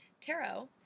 Tarot